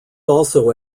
also